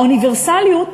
האוניברסליות,